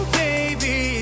baby